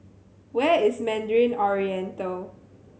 where is Mandarin Oriental